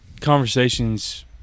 conversations